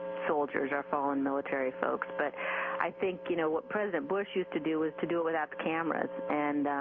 soldiers are phone military folks but i think you know what president bush used to do is to do it after cameras and